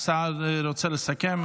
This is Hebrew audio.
השר רוצה לסכם?